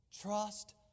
trust